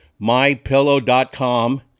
mypillow.com